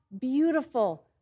beautiful